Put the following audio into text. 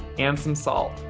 and some salt.